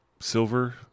silver